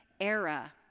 era